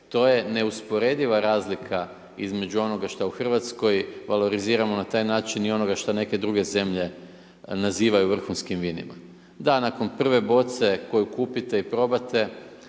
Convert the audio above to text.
to je neusporediva razlika između onoga šta u Hrvatskoj valoriziramo na taj način i onoga šta neke druge zemlje nazivaju vrhunskim vinima. Da, nakon prve boce koju kupite i probate